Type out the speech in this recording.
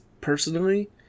personally